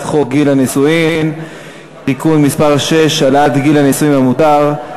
חוק גיל הנישואין (תיקון מס' 6) (העלאת גיל הנישואין המותר),